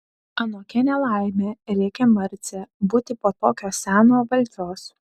anokia ne laimė rėkė marcė būti po tokio seno valdžios